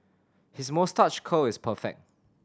his moustache curl is perfect